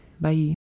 bye